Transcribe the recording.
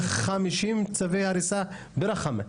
50 צווי הריסה ברחם.